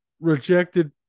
rejected